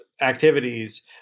activities